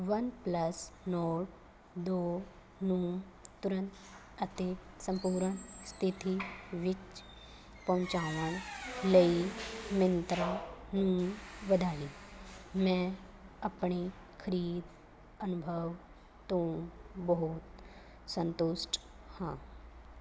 OnePlus Nord ਦੋ ਨੂੰ ਤੁਰੰਤ ਅਤੇ ਸੰਪੂਰਨ ਸਥਿਤੀ ਵਿੱਚ ਪਹੁੰਚਾਉਣ ਲਈ ਮਿੰਤਰਾ ਨੂੰ ਵਧਾਈ ਮੈਂ ਆਪਣੇ ਖਰੀਦ ਅਨੁਭਵ ਤੋਂ ਬਹੁਤ ਸੰਤੁਸ਼ਟ ਹਾਂ